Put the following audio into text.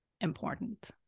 important